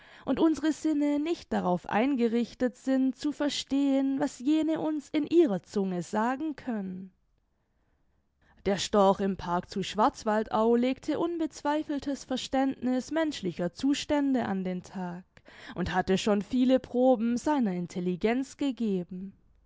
und unsere sinne nicht darauf eingerichtet sind zu verstehen was jene uns in ihrer zunge sagen können der storch im park zu schwarzwaldau legte unbezweifeltes verständniß menschlicher zustände an den tag und hatte schon viele proben seiner intelligenz gegeben